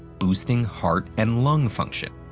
boosting heart and lung function,